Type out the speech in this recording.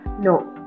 No